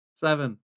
Seven